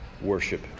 worship